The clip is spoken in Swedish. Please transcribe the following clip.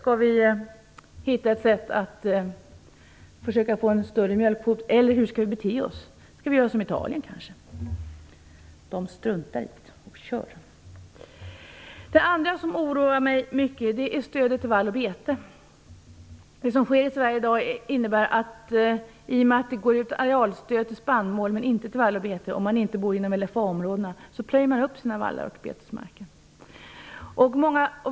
Skall vi hitta ett sätt att försöka få en större mjölkkvot, eller hur skall vi bete oss? Skall vi göra som man gör i Italien? Där struntar man i detta och bara kör. Det andra som oroar mig mycket är stödet till vall och bete. I och med att det går ut arealstöd till spannmål men inte till vall och bete - om man inte bor i LFA-områdena - plöjer bönderna upp sina vallar och betesmarker.